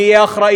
מי יהיה האחראי?